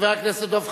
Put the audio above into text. חבר הכנסת דב חנין,